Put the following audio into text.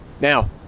Now